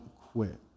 quit